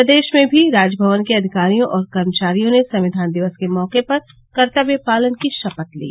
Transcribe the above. प्रदेश में भी राजभवन के अधिकारियों और कर्मचारियों ने संविधान दिवस के मौके पर कर्तव्य पालन की शपथ ली